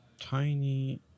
Tiny